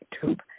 tube